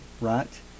right